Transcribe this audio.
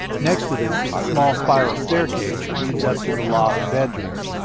next to this is a small spiral staircase that leads up to the loft bedroom.